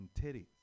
titties